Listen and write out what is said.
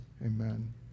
Amen